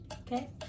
Okay